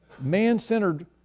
man-centered